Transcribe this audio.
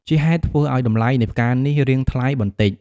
ជាហេតុធ្វើឱ្យតម្លៃនៃផ្កានេះ រៀងថ្លៃបន្តិច។